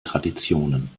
traditionen